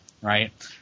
Right